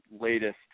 latest